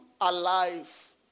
alive